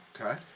Okay